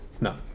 No